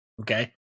okay